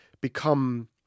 become